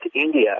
India